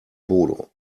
bodo